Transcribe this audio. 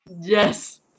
Yes